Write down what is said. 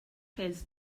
has